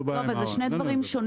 מה שאת אומרת, אלה שני דברים שונים.